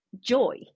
joy